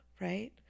right